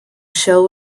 show